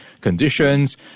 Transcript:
conditions